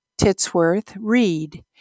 Titsworth-Reed